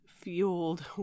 fueled